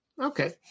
Okay